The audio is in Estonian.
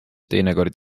teinekord